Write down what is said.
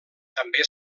també